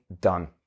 done